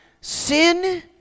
sin